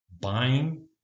buying